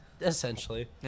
Essentially